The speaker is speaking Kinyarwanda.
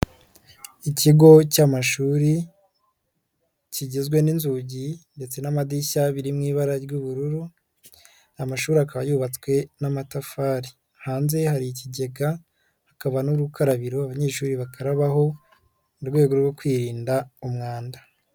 Ikigo cy'amashuri kigizwe n'inzugi ndetse n'amadirishya biri mu ibara ry'ubururu, amashuri akaba yubatswe n'amatafari, hanze hari ikigega hakaba n'urukarabiro abanyeshuri bakarabaho mu rwego rwo kwirinda umwanda.